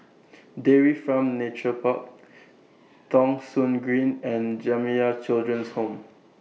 Dairy Farm Nature Park Thong Soon Green and Jamiyah Children's Home